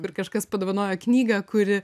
ir kažkas padovanojo knygą kuri